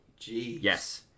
Yes